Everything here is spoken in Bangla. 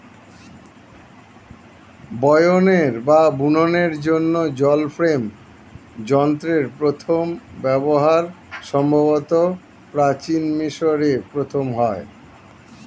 বয়নের বা বুননের জন্য জল ফ্রেম যন্ত্রের প্রথম ব্যবহার সম্ভবত প্রাচীন মিশরে প্রথম হয়